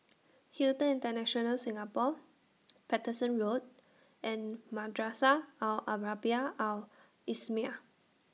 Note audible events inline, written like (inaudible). Hilton International Singapore (noise) Paterson Road and Madrasah Al Arabiah Al Islamiah